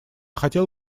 хотел